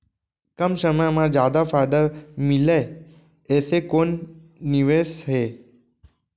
कम समय मा जादा फायदा मिलए ऐसे कोन निवेश हे?